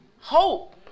hope